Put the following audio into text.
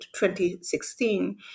2016